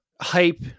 hype